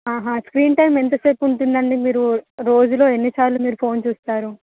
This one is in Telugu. స్క్రీన్ టైమ్ ఎంత సేపు ఉంటుంది అండి మీరు రోజులో ఎన్నిసార్లు మీరు ఫోన్ చూస్తారు